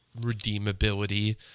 redeemability